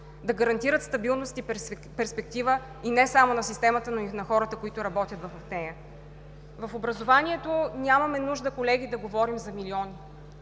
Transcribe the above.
Да гарантират стабилност и перспектива не само на системата, но и на хората, които работят в нея. В образованието нямаме нужда, колеги, да говорим за милиони.